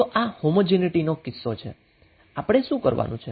તો આ હોમોજીનીટીનો કિસ્સો છે આપણે શું કરવાનું છે